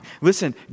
Listen